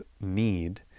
need